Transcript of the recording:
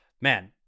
man